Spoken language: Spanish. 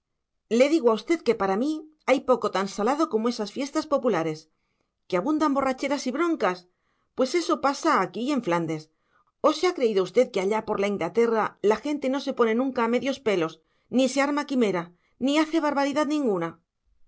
le digo a usted que para mí hay poco tan salado como esas fiestas populares que abundan borracheras y broncas pues eso pasa aquí y en flandes o se ha creído usted que allá por la inglaterra la gente no se pone nunca a medios pelos ni se arma quimera ni hace barbaridad ninguna